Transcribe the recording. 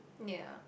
ya